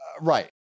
Right